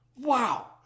Wow